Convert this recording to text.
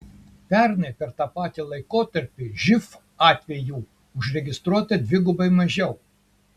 pernai per tą patį laikotarpį živ atvejų užregistruota dvigubai mažiau